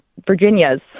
Virginia's